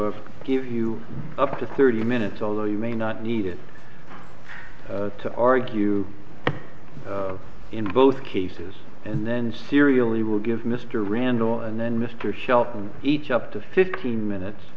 give you up to thirty minutes although you may not need it to argue in both cases and then serially will give mr randall and then mr shelton each up to fifteen minutes